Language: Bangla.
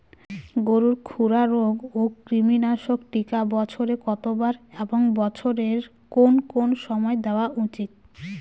গরুর খুরা রোগ ও কৃমিনাশক টিকা বছরে কতবার এবং বছরের কোন কোন সময় দেওয়া উচিৎ?